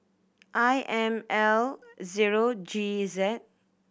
I M L zero G Z